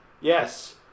Yes